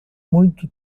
muito